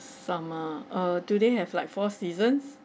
summer uh do they have like four seasons